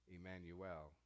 Emmanuel